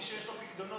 מי שיש לו פיקדונות,